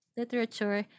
literature